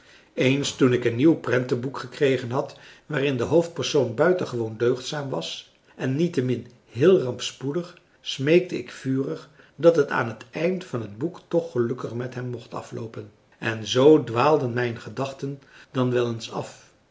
eens toen ik een nieuw prentenboek gekregen had waarin de hoofdpersoon buitengewoon deugdzaam was en niettemin heel rampspoedig smeekte ik vurig dat het aan het eind van het boek toch gelukkig met hem mocht afloopen en zoo dwaalden mijn gedachten dan wel eens af